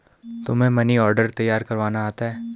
तुम्हें money order तैयार करवाना आता है?